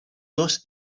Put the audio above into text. los